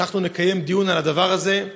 שאנחנו נקיים דיון על הדבר הזה,